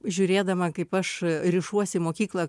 žiūrėdama kaip aš rišuos į mokyklą